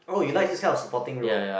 oh you like this kind of supporting role